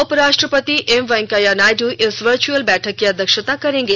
उपराष्ट्रपति एम वेंकैया नायडू इस वर्चुअल बैठक की अध्यक्षता करेंगे